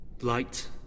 light